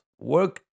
work